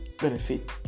benefit